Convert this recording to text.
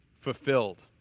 fulfilled